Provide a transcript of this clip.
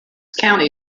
county